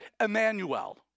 Emmanuel